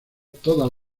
todas